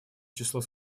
число